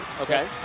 okay